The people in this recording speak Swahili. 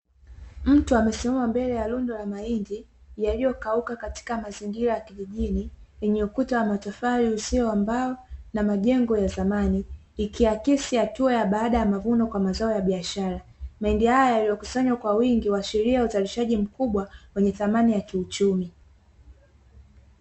Mtu amesimama mbele ya rundo la mahindi yaliyokauka katika mazingira ya kijijini, yenye ukuta wa matofali usio wa mbao na majengo ya zamani, ikiakisi hatua ya baada ya mavuno kwa mazao ya biashara, mahindi haya yaliyokusanywa kwa wingi huashiria uzalishaji mkubwa wenye thamani ya kiuchumi.